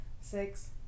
six